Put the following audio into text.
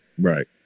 right